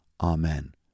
amen